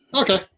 Okay